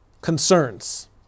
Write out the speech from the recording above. concerns